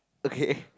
okay